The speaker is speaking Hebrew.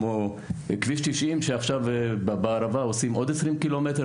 כמו כביש 90 שעכשיו בערבה עושים עוד 20 קילומטר,